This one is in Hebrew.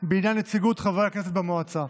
בעניין נציגות חברי הכנסת במועצה.